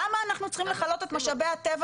למה אנחנו צריכים לכלות את משאבי הטבע